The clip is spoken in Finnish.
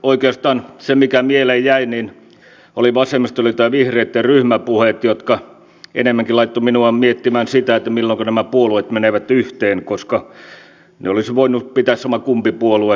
oikeastaan se mikä mieleen jäi oli vasemmistoliiton ja vihreitten ryhmäpuheet jotka enemmänkin laittoivat minut miettimään sitä milloinka nämä puolueet menevät yhteen koska ne olisi voinut pitää sama puolue sama kummankin ryhmäpuheen